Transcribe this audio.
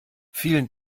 vielen